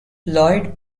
lloyd